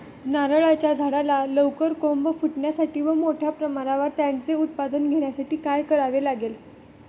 नारळाच्या झाडाला लवकर कोंब फुटण्यासाठी व मोठ्या प्रमाणावर त्याचे उत्पादन घेण्यासाठी काय करावे लागेल?